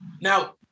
Now